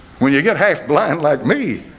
when you get half blind like me,